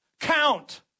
count